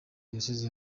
diyoseze